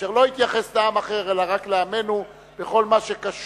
אשר לא התייחס לעם אחר אלא רק לעמנו בכל מה שקשור,